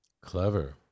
Clever